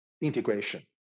integration